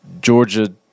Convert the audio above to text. Georgia